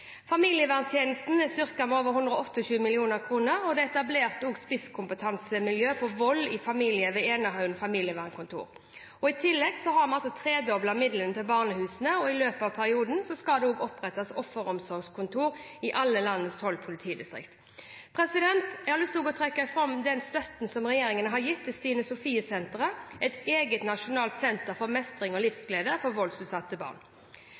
Familieverntjenesten er styrket med over 128 mill. kr, og det er ved Enerhaugen familievernkontor etablert et spisskompetansemiljø innen vold i familien. I tillegg har vi tredoblet midlene til barnehusene, og i løpet av perioden skal det opprettes offeromsorgskontor i alle landets tolv politidistrikt. Jeg har også lyst til å trekke fram støtten regjeringen har gitt til Stine Sofie Senteret, et eget nasjonalt senter for mestring og livsglede for voldsutsatte barn.